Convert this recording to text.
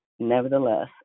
Nevertheless